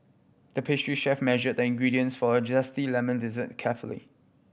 the pastry chef measured the ingredients for a zesty lemon dessert carefully